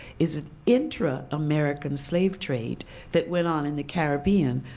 is the intra american slave trade that went on in the caribbean.